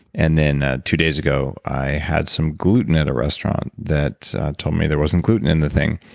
and then, ah two days ago, i had some gluten at a restaurant that told me there wasn't gluten in the thing,